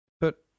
But